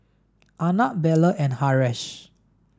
Arnab Bellur and Haresh